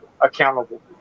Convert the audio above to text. accountable